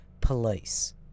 police